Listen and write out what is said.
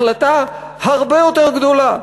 החלטה הרבה יותר גדולה,